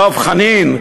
דב חנין,